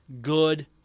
good